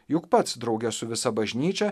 juk pats drauge su visa bažnyčia